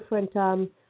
different